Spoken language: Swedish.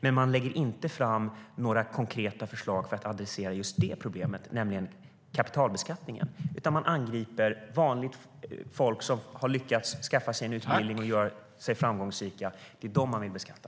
Men man lägger inte fram några konkreta förslag för att adressera just detta problem, nämligen kapitalbeskattningen, utan man angriper vanligt folk som har lyckats skaffa sig en utbildning och bli framgångsrika. Det är dessa människor man vill beskatta.